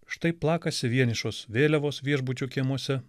štai plakasi vienišos vėliavos viešbučių kiemuose